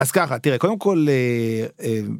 אז ככה תראה קודם כל.